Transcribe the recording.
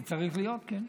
זה צריך להיות, כן,